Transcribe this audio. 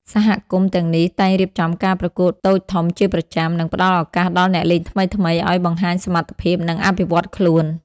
សហគមន៍ទាំងនេះតែងរៀបចំការប្រកួតតូចធំជាប្រចាំ និងផ្តល់ឱកាសដល់អ្នកលេងថ្មីៗឱ្យបង្ហាញសមត្ថភាព និងអភិវឌ្ឍខ្លួន។